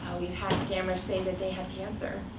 we've had scammers say that they have cancer.